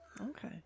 Okay